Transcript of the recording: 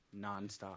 nonstop